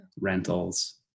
rentals